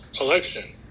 election